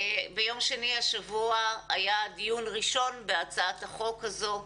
ביום שני השבוע היה דיון ראשון בהצעת החוק הזאת,